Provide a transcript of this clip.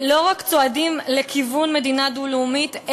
לא רק צועדים בכיוון מדינה דו-לאומית,